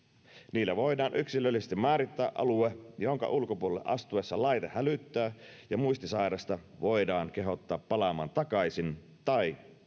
niillä voidaan yksilöllisesti määrittää alue jonka ulkopuolelle astuessa laite hälyttää ja muistisairasta voidaan kehottaa palaamaan takaisin tai